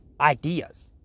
ideas